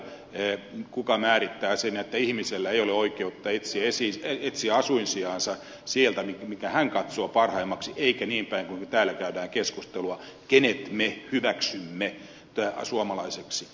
kuka määrittää sen että ihmisellä ei ole oikeutta etsiä asuinsijaansa sieltä minkä hän katsoo parhaimmaksi eikä niinpäin kun täällä käydään keskustelua kenet me hyväksymme suomalaiseksi